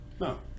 No